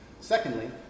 Secondly